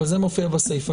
אבל זה מופיע בסיפא.